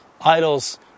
idols